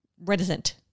reticent